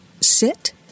sit